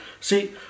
See